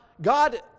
God